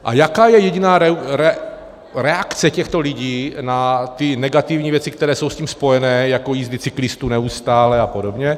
A jaká je jediná reakce těchto lidí na ty negativní věci, které jsou s tím spojené, jako jízdy cyklistů neustále apod.?